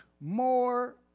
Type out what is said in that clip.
more